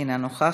אינה נוכחת,